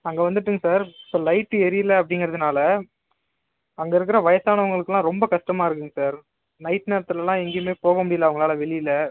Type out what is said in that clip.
அங்கே வந்துவிட்டுங்க சார் இப்போ லைட் எரியவில அப்படிங்கிறதுனால அங்கே இருக்கிற வயசானவங்களுக்குலாம் ரொம்ப கஷ்டமாக இருக்குங்க சார் நைட் நேரத்துலலாம் எங்கேயுமே போக முடியலை அவங்களால வெளியில